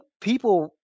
people